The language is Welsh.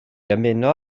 ymuno